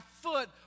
foot